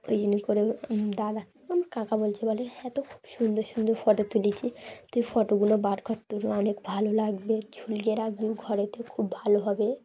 ওই জন্যই করে দাদা আমার কাকা বলছে বলে হ্যাঁ তো খুব সুন্দর সুন্দর ফটো তুলেছি তই ফটোগুলো বার খর তুল অনেক ভালো লাগবে ঝুলিয়ে রাখবে ঘরেতে খুব ভালো হবে